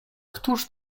któż